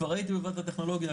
כבר הייתי בוועדת הטכנולוגיה,